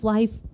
Life